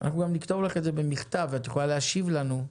אנחנו נכתוב לך במכתב ותוכלי להשיב לנו,